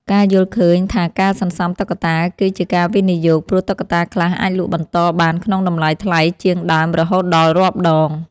ការយល់ឃើញថាការសន្សំតុក្កតាគឺជា ការវិនិយោគ ព្រោះតុក្កតាខ្លះអាចលក់បន្តបានក្នុងតម្លៃថ្លៃជាងដើមរហូតដល់រាប់ដង។